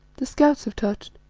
the scouts have touched.